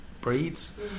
breeds